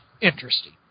interesting